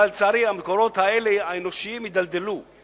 לצערי, המקורות האנושיים האלה הידלדלו.